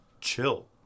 Chill